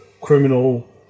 criminal